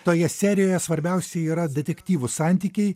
toje serijoje svarbiausi yra detektyvų santykiai